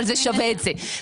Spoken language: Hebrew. אבל זה שווה את זה.